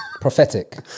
prophetic